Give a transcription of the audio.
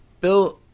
Bill